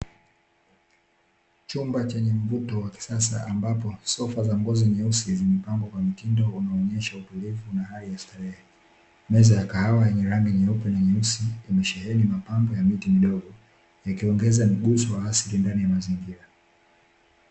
Chumba chenye mvuto wa kisasa ambapo sofa za ngozi nyeusi, zimepangwa kwa mtindo unaoonyesha utulivu na hali ya starehe. Meza ya kahawa yenye rangi nyeupe na nyeusi, imesheheni mapambo ya miti midogo, yakiongeza mguso wa asili ndani ya mazingira.